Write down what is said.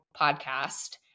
podcast